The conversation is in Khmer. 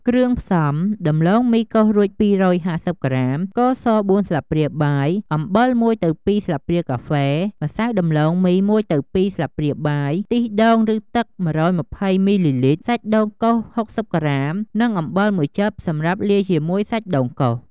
គ្រឿងផ្សំ ដំឡូងមីកោសរួច ២៥០ ក្រាម ស្ករស ៤ ស្លាបព្រាបាយ អំបិល ១ទៅ២ ស្លាបព្រាកាហ្វេ ម្សៅដំឡូងមី ១ទៅ២ ស្លាបព្រាបាយ ខ្ទិះដូង ឬ ទឹក ១២០ មីលីលីត្រ សាច់ដូងកោស ៦០ ក្រាម និងអំបិលមួយចិប សម្រាប់លាយជាមួយសាច់ដូងកោស។